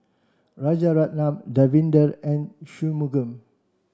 Rajaratnam Davinder and Shunmugam